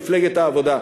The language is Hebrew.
מפלגת העבודה.